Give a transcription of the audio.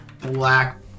black